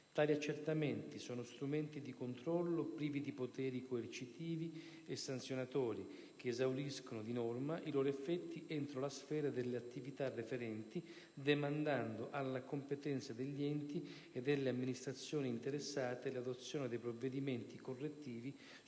Tali accertamenti sono strumenti di controllo privi di poteri coercitivi e sanzionatori, che esauriscono di norma i loro effetti entro la sfera delle attività referenti, demandando alla competenza degli enti e delle amministrazioni interessate l'adozione dei provvedimenti correttivi sulla